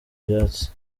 byatsi